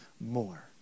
more